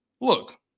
look